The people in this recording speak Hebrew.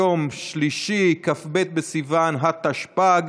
יום שלישי כ"ב בסיוון התשפ"ב,